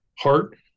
Heart